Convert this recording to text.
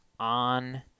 on